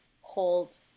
hold